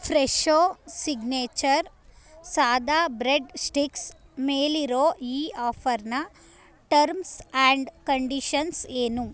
Fresho signature ಸಾದಾ bread sticks ಮೇಲಿರೋ ಈ ಆಫರ್ನ ಟರ್ಮ್ಸ್ ಆ್ಯಂಡ್ ಕಂಡೀಷನ್ಸ್ ಏನು